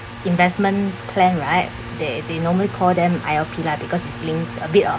investment plan right they they normally call them I_O_P lah because it's linked a bit of